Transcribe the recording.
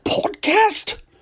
Podcast